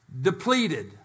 Depleted